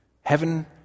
Heaven